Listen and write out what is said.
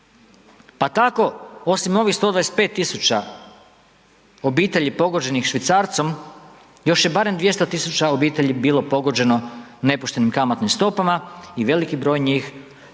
Pa tako osim ovih 125.000 obitelji pogođenih švicarcom još je barem 200.000 obitelji bilo pogođeno nepoštenim kamatnim stopama i veliki broj njih o